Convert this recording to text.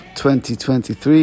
2023